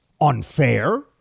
unfair